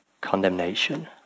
condemnation